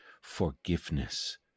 forgiveness